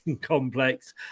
complex